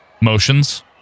motions